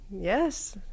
Yes